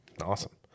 awesome